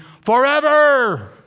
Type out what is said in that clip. forever